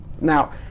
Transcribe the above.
Now